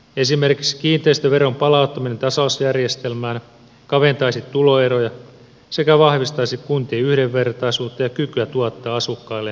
esimerkiksi kiinteistöveron palauttaminen tasausjärjestelmään kaventaisi tuloeroja sekä vahvistaisi kuntien yhdenvertaisuutta ja kykyä tuottaa asukkailleen palveluja